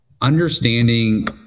understanding